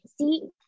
See